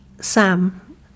Sam